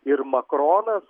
ir makronas